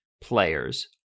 players